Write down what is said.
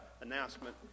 announcement